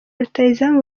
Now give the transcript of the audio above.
rutahizamu